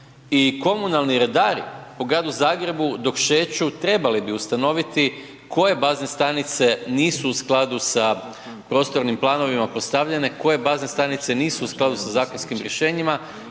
i komunalni redari po gradu Zagrebu dok šeću trebali bi ustanoviti koje bazne stanice nisu u skladu sa prostornim planovima postavljene, koje bazne stanice nisu u skladu sa zakonskim rješenjima